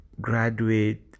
graduate